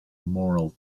morrill